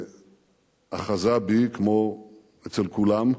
שאחזה בי, כמו אצל כולם,